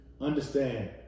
understand